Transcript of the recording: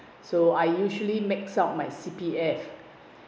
so I usually ma out my C_P_F